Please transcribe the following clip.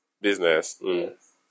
Business